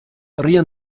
rien